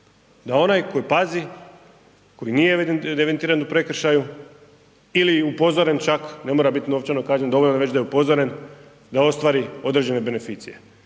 Da onaj tko pazi, tko nije evidentiran u prekršaju ili upozoren čak, ne mora biti novčano kažnjen, dovoljno već da je upozoren da ostvari određene beneficije